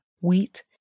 wheat